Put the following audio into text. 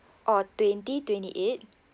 orh twenty twenty eight